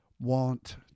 want